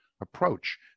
approach